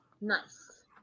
Nice